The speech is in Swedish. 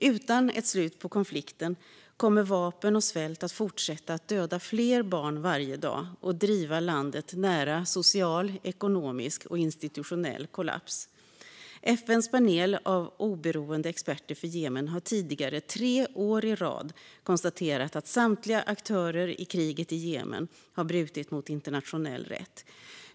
Utan ett slut på konflikten kommer vapen och svält att fortsätta att döda fler barn varje dag och driva landet nära social, ekonomisk och institutionell kollaps. FN:s panel av oberoende experter för Jemen har tidigare tre år i rad konstaterat att samtliga aktörer i kriget i Jemen har brutit mot internationell rätt.